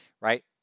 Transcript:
Right